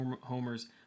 Homer's